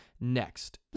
next